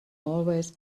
always